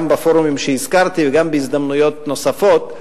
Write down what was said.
גם בפורומים שהזכרתי וגם בהזדמנויות נוספות,